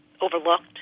overlooked